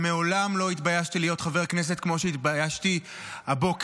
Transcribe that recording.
ומעולם לא התביישתי להיות חבר כנסת כמו שהתביישתי הבוקר.